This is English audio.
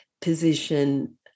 position